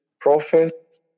prophet